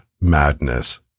madness